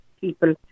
people